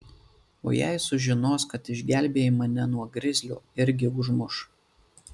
o jei sužinos kad išgelbėjai mane nuo grizlio irgi užmuš